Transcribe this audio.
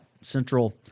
Central